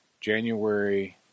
January